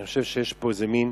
אני חושב שיש פה איזה מין